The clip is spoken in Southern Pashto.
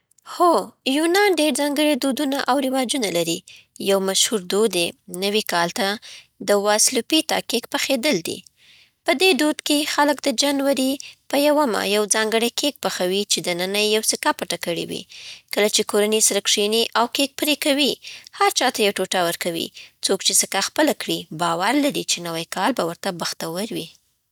هو، یونان ډېر ځانګړي دودونه او رواجونه لري. یو مشهور دود یې نوی کال ته د واسیلوپیتا کیک پخېدل دی. په دې دود کې، خلک د جنورۍ په اوله یوه ځانګړې کیک پخوي چې دننه یې یو سکه پټه کړي وي. کله چې کورنۍ سره کښېني او کیک پرې کوي، هر چاته یو ټوټه ورکوي. څوک چې سکه خپله کړي، باور لري چې نوی کال به ورته بختور وي.